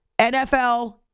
NFL